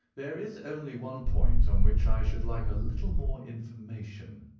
there is only one point on which i should like a little more information,